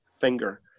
finger